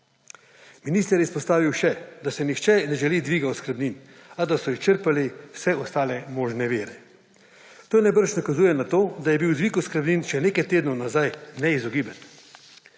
Minister je izpostavil še, da si nihče ne želi dviga oskrbnin, a da so izčrpali vse ostale možne vire. To najbrž nakazuje na to, da je bil dvig oskrbnin še nekaj tednov nazaj neizogiben.